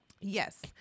yes